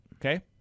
Okay